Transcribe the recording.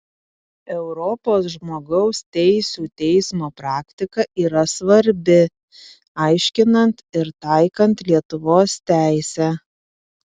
europos žmogaus teisių teismo praktika yra svarbi aiškinant ir taikant lietuvos teisę